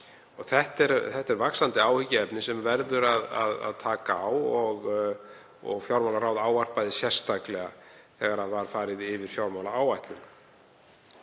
Þetta er vaxandi áhyggjuefni sem verður að taka á og fjármálaráð ræddi sérstaklega þegar farið var yfir fjármálaáætlun.